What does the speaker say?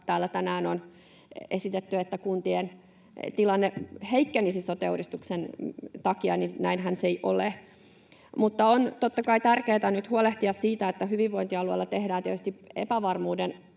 täällä tänään on esitetty, että kuntien tilanne heikkenisi sote-uudistuksen takia, näinhän se ei ole. Mutta on totta kai tärkeätä nyt huolehtia siitä, että kun hyvinvointialueilla tehdään tietysti epävarmuuden